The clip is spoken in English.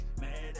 Mad